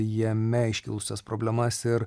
jame iškilusias problemas ir